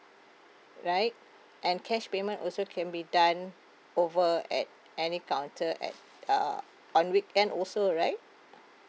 right and cash payment also can be done over at any counter at uh on weekend also right